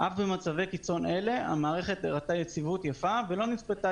ואף במצבי קיצון אלה המערכת הראתה יציבות יפה ולא נצפתה